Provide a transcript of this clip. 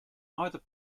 either